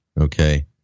okay